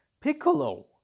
Piccolo